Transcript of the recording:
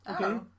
Okay